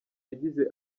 yagize